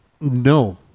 no